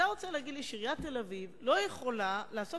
אתה רוצה להגיד לי שעיריית תל-אביב לא יכולה לעשות